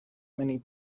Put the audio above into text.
many